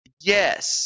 yes